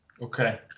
Okay